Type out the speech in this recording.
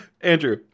Andrew